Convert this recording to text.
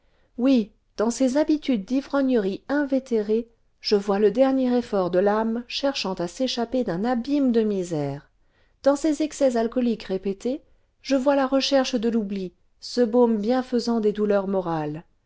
oui dans ces habitudes d'ivrognerie invétérées je vois le dernier effort de l'âme cherchant à s'échapper d'un abîme de misères dans ces excès alcooliques répétés je vois la recherche de l'oubli ce baume bienfaisant des douleurs morales